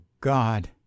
God